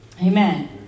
Amen